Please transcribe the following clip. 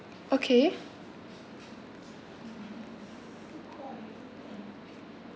okay